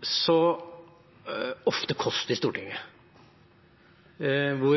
så vanlig kost i Stortinget